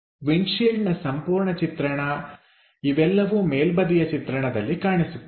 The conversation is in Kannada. ವಿಂಡ್ಶೀಲ್ಡ್ನ ಸಂಪೂರ್ಣ ಚಿತ್ರಣ ಇವೆಲ್ಲವೂ ಮೇಲ್ಬದಿಯ ಚಿತ್ರಣದಲ್ಲಿ ಕಾಣಿಸುತ್ತವೆ